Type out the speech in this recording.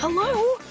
hello!